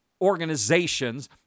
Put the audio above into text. organizations